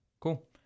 Cool